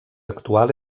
actual